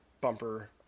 bumper